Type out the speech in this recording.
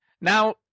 Now